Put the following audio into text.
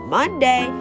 Monday